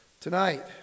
tonight